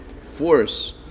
force